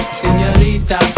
señorita